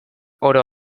oro